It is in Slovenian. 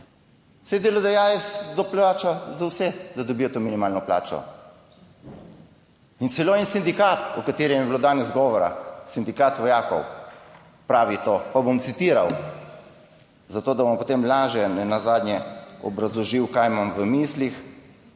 saj delodajalec plača za vse, da dobijo to minimalno plačo... " In celo en sindikat, o katerem je bilo danes govora, Sindikat vojakov, pravi to. Pa bom citiral, zato da bom potem lažje nenazadnje obrazložil, kaj imam v mislih,